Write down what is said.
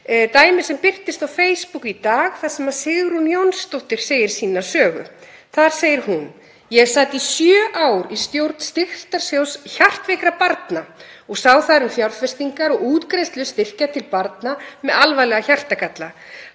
dæmi sem birtist á Facebook í dag þar sem Sigrún Jónsdóttir segir sína sögu. Þar segir hún, með leyfi forseta: „Ég sat í sjö ár í stjórn Styrktarsjóðs hjartveikra barna og sá þar um fjárfestingar og útgreiðslu styrkja til barna með alvarlega hjartagalla.